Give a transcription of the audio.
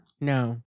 No